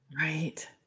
Right